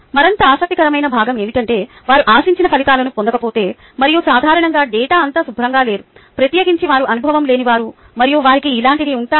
మరింత ఆసక్తికరమైన భాగం ఏమిటంటే వారు ఆశించిన ఫలితాలను పొందకపోతే మరియు సాధారణంగా డేటా అంత శుభ్రంగా లేరు ప్రత్యేకించి వారు అనుభవం లేనివారు మరియు వారికి ఇలాంటివి ఉంటాయి